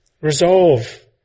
Resolve